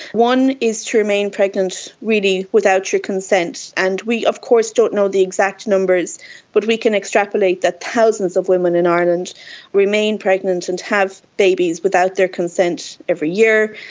one is to remain pregnant really without your consent, and we of course don't know the exact numbers but we can extrapolate that thousands of women in ireland remain pregnant and have babies without their consent every year.